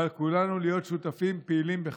ועל כולנו להיות שותפים פעילים בכך.